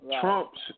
Trump's